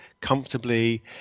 comfortably